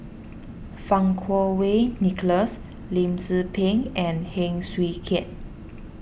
Fang Kuo Wei Nicholas Lim Tze Peng and Heng Swee Keat